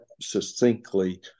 succinctly